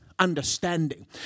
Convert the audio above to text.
Understanding